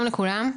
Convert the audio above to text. לכולם,